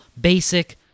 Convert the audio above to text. basic